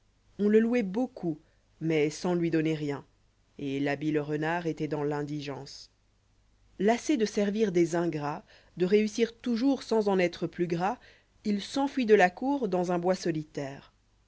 on le louoit beaucoup mais sans lui donner rien lit l'habile renard était dans l'indigence lassé de servir des ingrats de réussir toujours sans en être plus gras il s'enfuit de la cour dans un bois solitaire